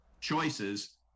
choices